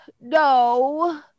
no